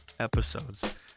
episodes